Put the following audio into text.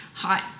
hot